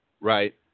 right